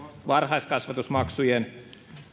varhaiskasvatusmaksujen